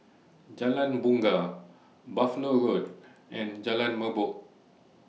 Jalan Bungar Buffalo Road and Jalan Merbok